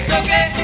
okay